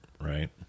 right